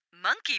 Monkey